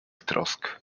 trosk